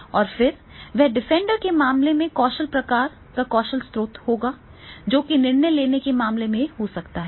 और फिर वह डिफेंडर के मामले में कौशल प्रकार का कौशल स्रोत होगा जो कि निर्णय लेने वाले के मामले में हो सकता है